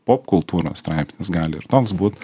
popkultūros straipsnis gali ir toks būt